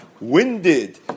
winded